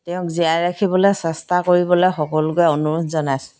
তেওঁক জীয়াই ৰাখিবলৈ চেষ্টা কৰিবলৈ সকলোকে অনুৰোধ জনাইছো